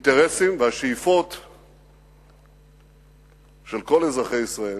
האינטרסים והשאיפות של כל אזרחי ישראל